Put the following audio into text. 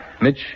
Mitch